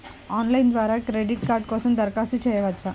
Online ద్వారా credit card కోసం దరఖాస్తు చేయవచ్చా?